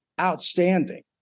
outstanding